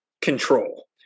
control